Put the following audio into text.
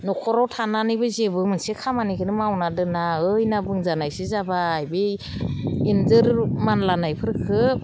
न'खराव थानानैबो जेबो मोनसे खामानिखौनो मावना दोनना ओयना बुंजानायसो जाबाय बै इन्जुर मानलानायफोरखौ